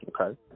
okay